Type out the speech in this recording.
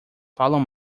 falam